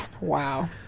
Wow